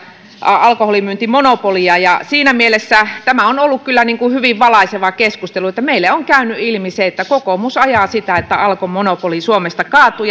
alkoholimyyntimonopolia siinä mielessä tämä on ollut kyllä hyvin valaiseva keskustelu että meille on käynyt ilmi se että kokoomus ajaa sitä että alkon monopoli suomesta kaatuu